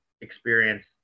experience